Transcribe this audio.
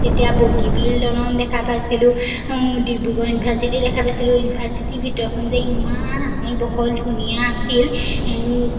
তেতিয়া বগীবিল দলং দেখা পাইছিলোঁ ডিব্ৰুগড় ইউনিভাৰ্চিটি দেখা পাইছিলোঁ ইউনিভাৰ্চিটিৰ ভিতৰখন যে ইমান আহল বহল ধুনীয়া আছিল